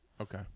Okay